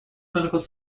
clinical